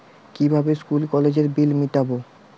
কিভাবে স্কুল কলেজের বিল মিটাব?